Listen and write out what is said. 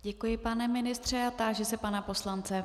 Děkuji, pane ministře a táži se pana poslance.